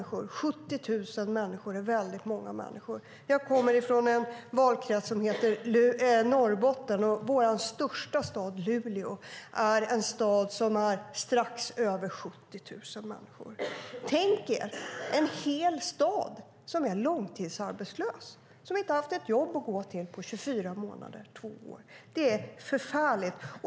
70 000 människor är väldigt många människor. Jag kommer från en valkrets som heter Norrbotten. Vår största stad, Luleå, är en stad som har strax över 70 000 människor. Tänk er en hel stad som är långtidsarbetslös - som inte har haft ett jobb att gå till på 24 månader eller två år! Det är förfärligt.